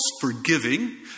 forgiving